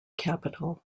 capitol